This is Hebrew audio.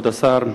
כבוד השר,